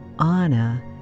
Anna